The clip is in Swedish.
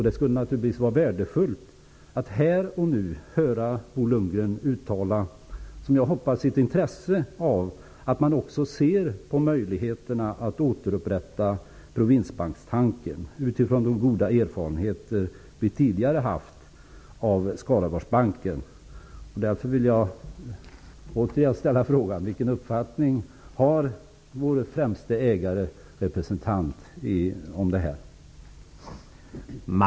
Det skulle naturligtvis vara värdefullt att här och nu få höra Bo Lundgren uttala, som jag hoppas, sitt intresse av att se på möjligheterna att återupprätta provinsbankstanken, utifrån de tidigare goda erfarenheterna från Skaraborgsbanken. Därför vill jag återigen ställa frågan: Vilken uppfattning har vår främste ägarrepresentant om detta?